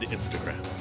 Instagram